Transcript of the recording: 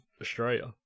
Australia